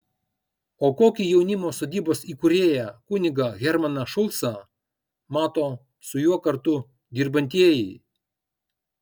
o kokį jaunimo sodybos įkūrėją kunigą hermaną šulcą mato su juo kartu dirbantieji